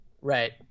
Right